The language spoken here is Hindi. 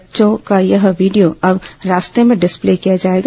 बच्चों का यह वीडियो अब रास्तों में डिस्प्ले किया जाएगा